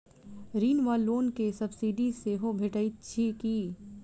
ऋण वा लोन केँ सब्सिडी सेहो भेटइत अछि की?